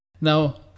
Now